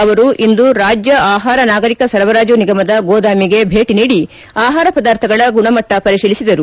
ಅವರು ಇಂದು ರಾಜ್ಯ ಆಹಾರ ನಾಗರಿಕ ಸರಬರಾಜು ನಿಗಮದ ಗೋದಾಮಿಗೆ ಭೇಟಿ ನೀಡಿ ಆಹಾರ ಪದಾರ್ಥಗಳ ಗುಣಮಟ್ಟ ಪರಿತೀಲಿಸಿದರು